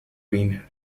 been